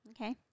Okay